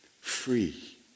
Free